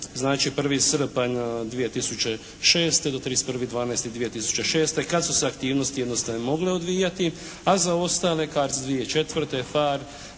znači 1. srpanj 2006. do 31.12.2006. kada su se aktivnosti jednostrano mogle odvijati, a za ostale CARDS 2004.,